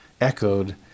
echoed